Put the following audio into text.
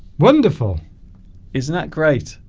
wonderful isn't that great